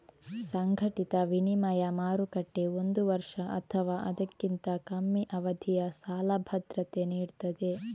ಸಂಘಟಿತ ವಿನಿಮಯ ಮಾರುಕಟ್ಟೆ ಒಂದು ವರ್ಷ ಅಥವಾ ಅದಕ್ಕಿಂತ ಕಮ್ಮಿ ಅವಧಿಯ ಸಾಲ ಭದ್ರತೆ ನೀಡ್ತದೆ